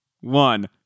one